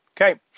Okay